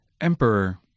emperor